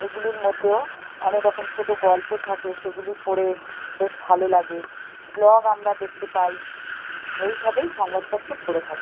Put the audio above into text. এগুলির মধ্যেও অনেক রকম ছোটো গল্প থাকে সেগুলি পড়ে বেশ ভালো লাগে ব্লগ আমরা দেখতে পাই এইভাবেই সংবাদপত্র পড়ে থাকি